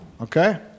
Okay